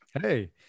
Hey